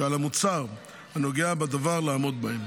שעל המוצר הנוגע בדבר לעמוד בהם.